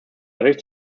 dadurch